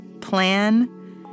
plan